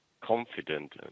confident